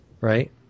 right